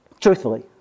truthfully